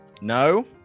no